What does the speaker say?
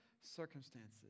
circumstances